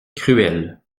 cruel